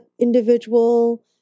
individual